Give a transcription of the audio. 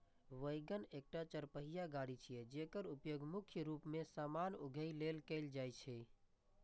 wagon एकटा चरपहिया गाड़ी छियै, जेकर उपयोग मुख्य रूप मे सामान उघै लेल कैल जाइ छै